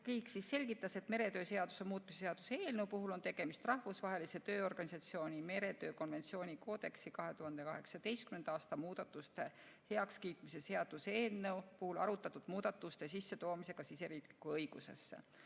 Kiik selgitas, et meretöö seaduse muutmise seaduse eelnõu puhul on tegemist Rahvusvahelise Tööorganisatsiooni meretöö konventsiooni koodeksi 2018. aasta muudatuste heakskiitmise seaduse eelnõu puhul arutatud muudatuste sissetoomisega riigisisesesse õigusesse.